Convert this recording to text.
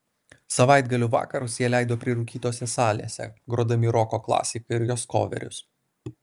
savaitgalio vakarus jie leido prirūkytose salėse grodami roko klasiką ir jos koverius